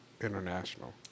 international